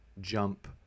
jump